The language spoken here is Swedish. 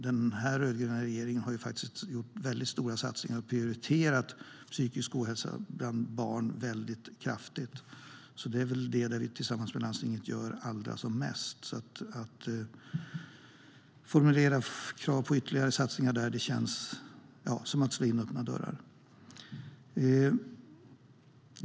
Den rödgröna regeringen har ju gjort väldigt stora satsningar på och prioriterat vården av psykisk ohälsa hos barn. Det är det som vi tillsammans med landstiget gör allra mest. Att formulera krav på ytterligare satsningar där känns också som att slå in öppna dörrar.